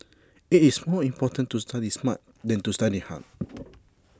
IT is more important to study smart than to study hard